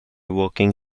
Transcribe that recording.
working